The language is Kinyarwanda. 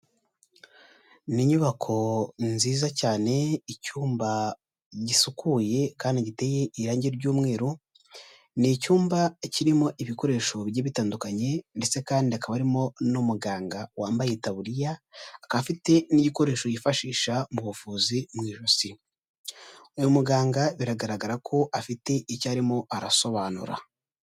Ni inyubako nziza cyane, icyumba gisukuye kandi giteye irangi ry'umweru, ni icyumba kirimo ibikoresho bigiye bitandukanye, ndetse kandi hakaba harimo n'umuganga wambaye itaburiyaba, akaba afite n'igikoresho yifashisha mu buvuzi mu ijosi, uyu muganga biragaragara ko afite icyo arimo arasobanura.